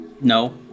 no